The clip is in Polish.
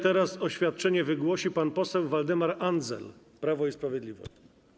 Teraz oświadczenie wygłosi pan poseł Waldemar Andzel, Prawo i Sprawiedliwość.